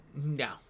No